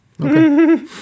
Okay